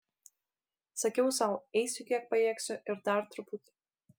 sakiau sau eisiu kiek pajėgsiu ir dar truputį